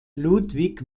ludwig